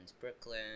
Brooklyn